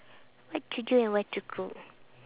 what to do and what to cook